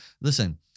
listen